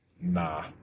nah